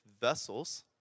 vessels